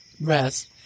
rest